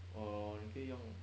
or 你可以用